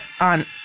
on